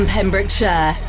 Pembrokeshire